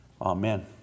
Amen